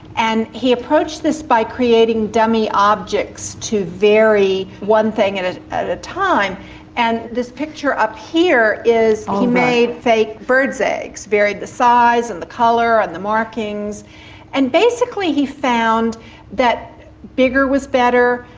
and he approached this by creating dummy objects to vary one thing at ah a time and this picture up here is he made fake birds' eggs, varied the size, and the colour, and the markings and basically he found that bigger was better,